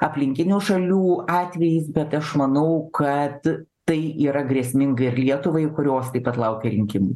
aplinkinių šalių atvejais bet aš manau kad tai yra grėsminga ir lietuvai kurios taip pat laukia rinkimai